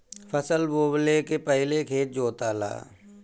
फसल बोवले के पहिले खेत जोताला